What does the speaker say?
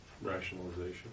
Rationalization